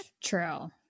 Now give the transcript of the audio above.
True